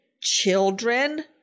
children